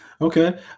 Okay